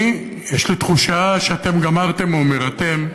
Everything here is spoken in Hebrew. יש לי תחושה שאתם גמרתם אומר, "אתם",